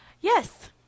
Yes